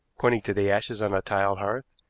pointing to the ashes on the tiled hearth,